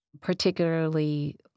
particularly